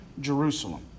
Jerusalem